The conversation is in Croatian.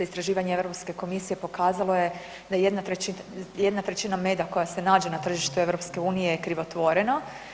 Istraživanje EU komisije pokazalo je da 1/3 meda koja se nađe na tržištu EU je krivotvorena.